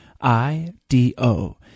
I-D-O